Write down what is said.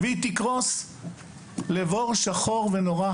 והיא תקרוס לבור שחור ונורא.